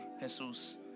Jesus